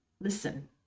Listen